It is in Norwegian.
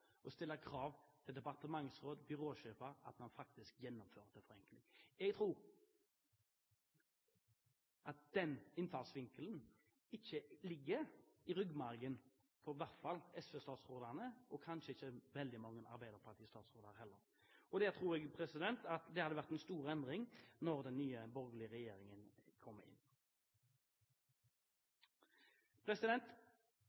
og stille krav til departementsråd og byråsjefer om at man faktisk gjennomfører forenkling. Jeg tror at den innfallsvinkelen i hvert fall ikke ligger i ryggmargen på SV-statsrådene, og kanskje ikke på så veldig mange arbeiderpartistatsråder heller. Der tror jeg det hadde vært en stor endring når den nye borgerlige regjeringen kom